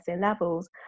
levels